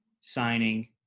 Signing